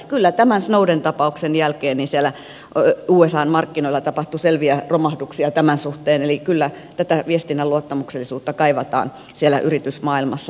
kyllä tämän snowden tapauksen jälkeen usan markkinoilla tapahtui selviä romahduksia tämän suhteen eli kyllä tätä viestinnän luottamuksellisuutta kaivataan yritysmaailmassa